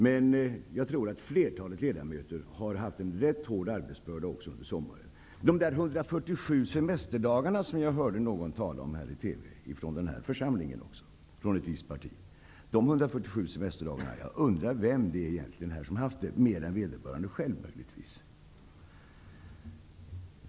Men jag tror att flertalet ledamöter har haft en rätt så stor arbetsbörda också under sommaren. När det gäller de 147 semesterdagar som jag hört någon i den här församlingen från ett visst parti tala om i TV undrar jag vilka andra här som egentligen haft så många semesterdagar än möjligtvis vederbörande själv.